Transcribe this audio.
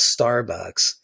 Starbucks